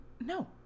No